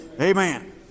Amen